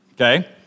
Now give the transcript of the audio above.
Okay